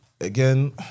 again